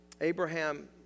Abraham